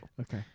Okay